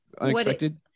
Unexpected